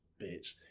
Bitch